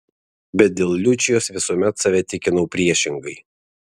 bet dėl liučijos visuomet save tikinau priešingai